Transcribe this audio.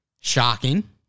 shocking